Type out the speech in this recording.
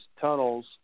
tunnels